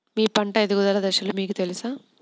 మీ పంట ఎదుగుదల దశలు మీకు తెలుసా?